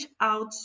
out